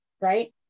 Right